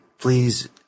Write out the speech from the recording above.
please